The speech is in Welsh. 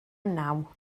naw